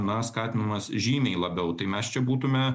na skatinamas žymiai labiau tai mes čia būtume